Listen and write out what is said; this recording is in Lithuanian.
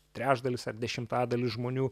trečdalis ar dešimtadalis žmonių